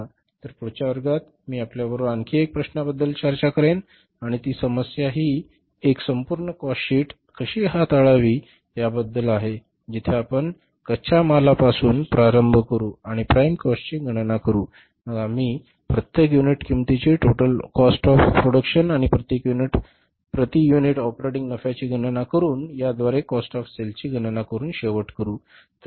तर पुढच्या वर्गात मी आपल्याबरोबर आणखी एक प्रश्नाबद्दल चर्चा करीत आहे आणि ती समस्या ही एक संपूर्ण काॅस्ट शीट कशी हाताळावी याबद्दल आहे जिथे आपण कच्च्या मालापासून प्रारंभ करू आम्ही प्राइम कॉस्टची गणना करू मग आम्ही प्रत्येक युनिट किंमतीची टोटल कॉस्ट ऑफ प्रोडक्शन आणि प्रति युनिट ऑपरेटिंग नफ्याची गणना करून याद्वारे कॉस्ट ऑफ सेल गणना करून शेवट करू